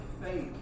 faith